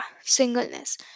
singleness